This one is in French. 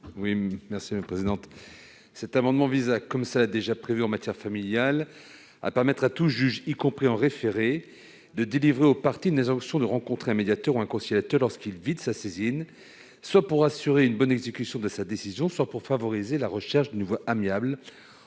à M. Philippe Mouiller. Cet amendement vise, comme en matière familiale, à permettre à tout juge, y compris en référé, de délivrer aux parties une injonction de rencontrer un médiateur ou un conciliateur lorsqu'il vide sa saisine, soit pour assurer une bonne exécution de sa décision, soit pour favoriser la recherche d'une voie amiable